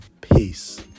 Peace